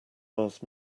last